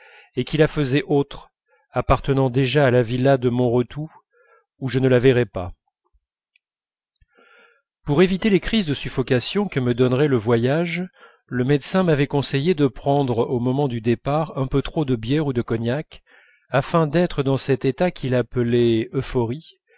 et qui la faisaient autre appartenant déjà à la villa de montretout où je ne la verrais pas pour éviter les crises de suffocation que me donnerait le voyage le médecin m'avait conseillé de prendre au moment du départ un peu trop de bière ou de cognac afin d'être dans un état qu'il appelait euphorie